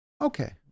okay